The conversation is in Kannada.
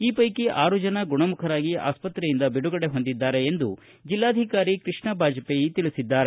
ಈ ಪೈಕಿ ಆರು ಜನ ಗುಣಮುಖರಾಗಿ ಆಸ್ಪತ್ರೆಯಿಂದ ಬಿಡುಗಡೆ ಹೊಂದಿದ್ದಾರೆ ಎಂದು ಬೆಲ್ಲಾಧಿಕಾರಿ ಕೃಷ್ಣ ಬಾಜಪೇಯಿ ತಿಳಿಸಿದ್ದಾರೆ